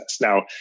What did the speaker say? Now